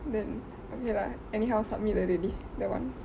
then okay lah anyhow submit already that [one]